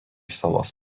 salos